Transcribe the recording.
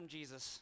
Jesus